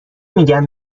میگن